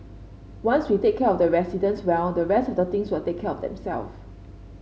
once we take care of the residents well the rest of the things will take care of themself